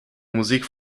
musik